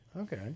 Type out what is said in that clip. Okay